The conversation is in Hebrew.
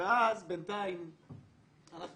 אבל בינתיים אנחנו